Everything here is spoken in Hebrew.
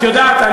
את יודעת,